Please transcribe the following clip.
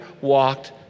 walked